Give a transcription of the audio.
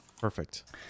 Perfect